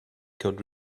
could